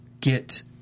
get